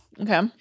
Okay